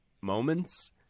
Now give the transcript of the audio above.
moments